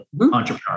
entrepreneur